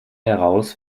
heraus